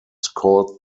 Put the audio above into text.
called